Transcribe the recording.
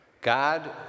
God